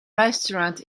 restaurant